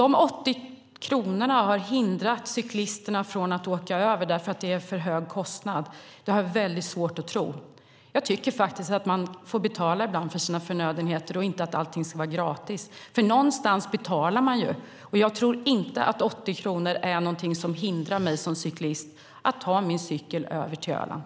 Att de 80 kronorna har hindrat cyklisterna från att åka över därför att det är en för hög kostnad har jag väldigt svårt att tro. Jag tycker faktiskt att man ibland får betala för sina förnödenheter och inte att allting ska vara gratis. Någonstans betalar man ju, och jag tror inte att 80 kronor är någonting som hindrar mig som cyklist från att ta min cykel över till Öland.